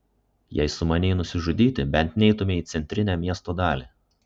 jei sumanei nusižudyti bent neitumei į centrinę miesto dalį